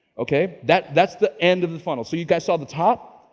okay, that's that's the end of the funnel. so you guys saw the top,